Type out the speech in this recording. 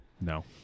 No